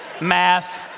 math